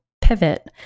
pivot